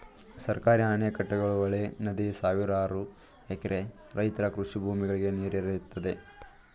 ಸರ್ಕಾರಿ ಅಣೆಕಟ್ಟುಗಳು, ಹೊಳೆ, ನದಿ ಸಾವಿರಾರು ಎಕರೆ ರೈತರ ಕೃಷಿ ಭೂಮಿಗಳಿಗೆ ನೀರೆರೆಯುತ್ತದೆ